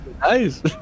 Nice